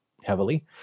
heavily